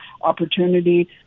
opportunity